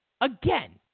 Again